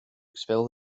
expel